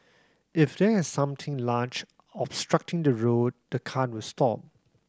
if there something large obstructing the route the cart will stop